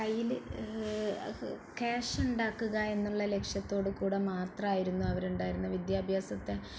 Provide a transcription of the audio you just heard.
കയ്യിൽ ക്യാഷ് ഉണ്ടാക്കുക എന്നുള്ള ലക്ഷ്യത്തോടുകൂടെ മാത്രമായിരുന്നു അവരുണ്ടായിരുന്നത് വിദ്യാഭ്യാസത്തെ